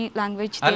language